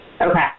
Okay